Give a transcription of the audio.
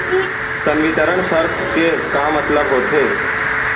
संवितरण शर्त के का मतलब होथे?